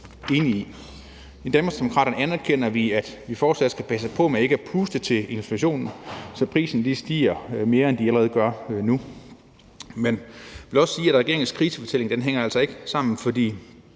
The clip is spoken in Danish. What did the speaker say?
I Danmarksdemokraterne anerkender vi, at vi fortsat skal passe på med ikke at puste til inflationen, så priserne stiger mere, end de allerede gør nu. Men jeg vil også sige, at regeringens krisefortælling altså ikke hænger sammen, for